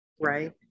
right